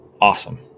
Awesome